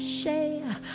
share